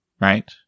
right